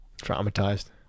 traumatized